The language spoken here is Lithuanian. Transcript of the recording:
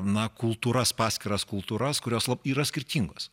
na kultūras paskiras kultūras kurios lab yra skirtingos